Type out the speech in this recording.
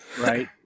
Right